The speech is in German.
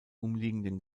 umliegenden